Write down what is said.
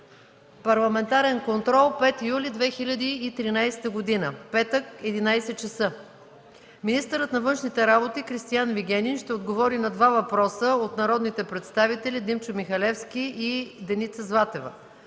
Парламентарен контрол, 5 юли 2013 г., петък, 11,00 часа: Министърът на външните работи Кристиан Вигенин ще отговори на два въпроса от народните представители Димчо Михалевски и Деница Златева.